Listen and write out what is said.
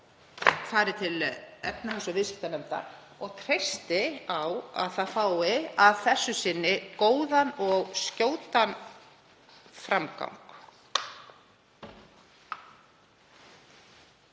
málið fari til efnahags- og viðskiptanefndar og treysti á að það fái að þessu sinni góðan og skjótan framgang.